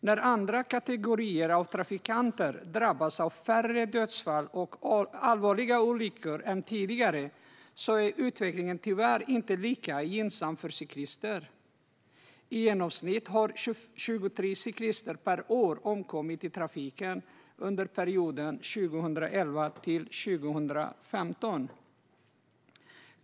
När andra kategorier av trafikanter drabbas av färre dödsfall och allvarliga olyckor än tidigare är utvecklingen tyvärr inte lika gynnsam för cyklister. I genomsnitt har 23 cyklister per år omkommit i trafiken under perioden 2011-2015.